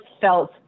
felt